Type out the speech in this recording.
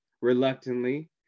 reluctantly